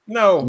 no